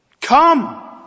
Come